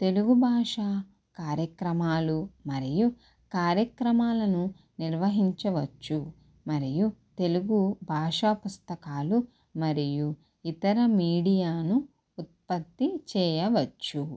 తెలుగుభాష కార్యక్రమాలు మరియు కార్యక్రమాలను నిర్వహించవచ్చు మరియు తెలుగు భాషాపుస్తకాలు మరియు ఇతర మీడియాను ఉత్పత్తి చేయవచ్చు